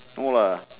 no lah